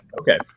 okay